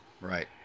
Right